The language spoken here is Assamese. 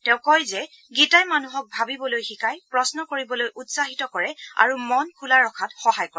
তেওঁ কয় যে গীতাই মানুহক ভাবিবলৈ শিকায় প্ৰশ্ন কৰিবলৈ উৎসাহিত কৰে আৰু মন খোলা ৰখাত সহায় কৰে